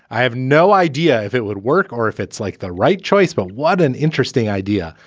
i have no idea if it would work or if it's like the right choice. but what an interesting idea.